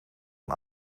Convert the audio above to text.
een